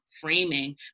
framing